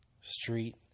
Street